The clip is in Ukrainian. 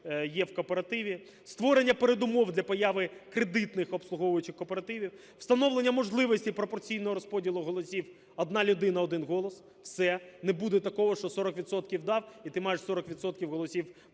є в кооперативі; створення передумов для появи кредитних обслуговуючих кооперативів; встановлення можливості пропорційного розподілу голосів: одна людина – один голос. Все, не буде такого, що 40 відсотків дав - і ти маєш 40 відсотків